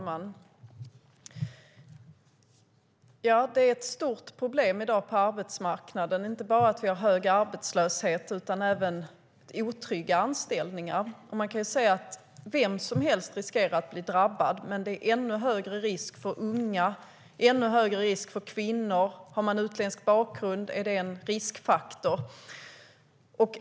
Herr talman! Det är ett stort problem på arbetsmarknaden i dag att vi inte har bara hög arbetslöshet utan även otrygga anställningar. Man kan se att vem som helst riskerar att bli drabbad men att det är ännu högre risk för unga och för kvinnor, och har man utländsk bakgrund är det en riskfaktor.